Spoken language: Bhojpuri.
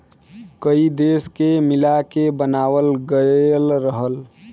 कई देश के मिला के बनावाल गएल रहल